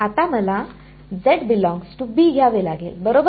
आता मला घ्यावे लागेल बरोबर